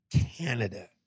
Canada